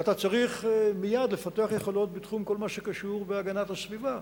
ואתה צריך מייד לפתח יכולות בתחום כל מה שקשור בהגנת הסביבה.